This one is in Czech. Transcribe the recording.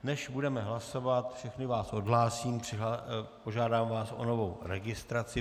Než budeme hlasovat, všechny vás odhlásím a požádám vás o novou registraci.